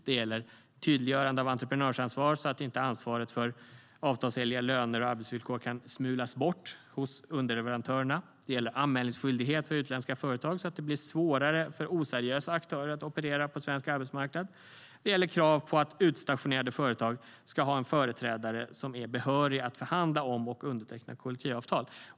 Det gäller tydliggörande av entreprenörsansvar, så att inte ansvaret för avtalsenliga löner och arbetsvillkor kan smulas bort hos underleverantörer. Det gäller anmälningsskyldighet för utländska företag, så att det blir svårare för oseriösa aktörer att operera på svensk arbetsmarknad. Och det gäller krav på att utstationerade företag ska ha en företrädare som är behörig att förhandla om och underteckna kollektivavtal.